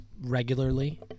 regularly